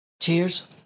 Cheers